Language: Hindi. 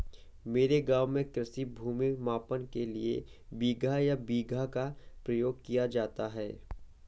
मेरे गांव में कृषि भूमि मापन के लिए बिगहा या बीघा का प्रयोग किया जाता है